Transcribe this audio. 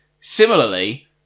similarly